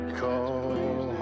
call